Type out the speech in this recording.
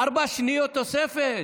ארבע שניות תוספת,